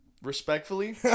respectfully